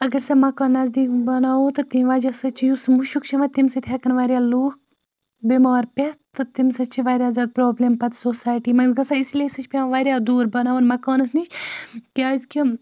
اگر سُہ مَکان نَزدیٖک بَناوو تہٕ تَمہِ وجہ سۭتۍ چھِ یُس مُشُک چھِ یِوان تَمہِ سۭتۍ ہٮ۪کَن واریاہ لوٗکھ بٮ۪مار پٮ۪تھ تہٕ تَمہِ سۭتۍ چھِ واریاہ زیادٕ پرٛابلِم پَتہٕ سوسایٹی منٛز گژھان اِسلیے سُہ چھِ پٮ۪وان واریاہ دوٗر بَناوُن مکانَس نِش کیٛازِکہِ